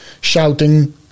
shouting